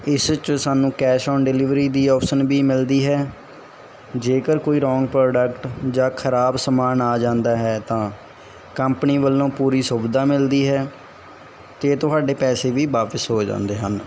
ਇਸ ਵਿੱਚ ਸਾਨੂੰ ਕੈਸ਼ ਔਣ ਡਿਲੀਵਰੀ ਦੀ ਆਪਸ਼ਨ ਵੀ ਮਿਲਦੀ ਹੈ ਜੇਕਰ ਕੋਈ ਰੋਂਗ ਪ੍ਰੋਡਕਟ ਜਾਂ ਖਰਾਬ ਸਮਾਨ ਆ ਜਾਂਦਾ ਹੈ ਤਾਂ ਕੰਪਨੀ ਵੱਲੋਂ ਪੂਰੀ ਸੁਵਿਧਾ ਮਿਲਦੀ ਹੈ ਅਤੇ ਤੁਹਾਡੇ ਪੈਸੇ ਵੀ ਵਾਪਿਸ ਹੋ ਜਾਂਦੇ ਹਨ